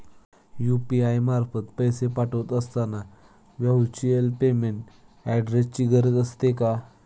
UPI मार्फत पैसे पाठवत असताना व्हर्च्युअल पेमेंट ऍड्रेसची गरज असते का?